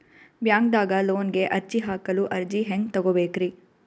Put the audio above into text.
ಬ್ಯಾಂಕ್ದಾಗ ಲೋನ್ ಗೆ ಅರ್ಜಿ ಹಾಕಲು ಅರ್ಜಿ ಹೆಂಗ್ ತಗೊಬೇಕ್ರಿ?